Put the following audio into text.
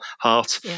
heart